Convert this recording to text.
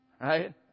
right